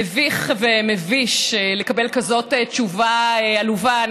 מביך ומביש לקבל כזאת תשובה עלובה.